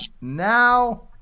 now